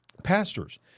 pastors